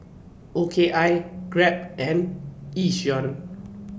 O K I Grab and Yishion